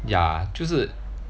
ya 就是